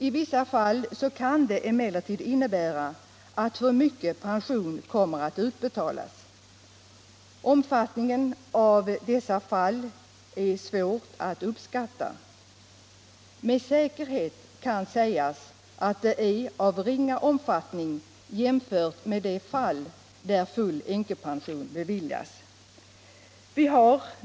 I vissa fall kan det emellertid innebära att för mycket pension kommer att utbetalas. Omfattningen av dessa fall är svår att uppskatta, men det kan med säkerhet sägas att de är ringa jämfört med de fall där full änkepension beviljats.